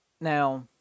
now